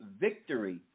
victory